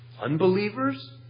unbelievers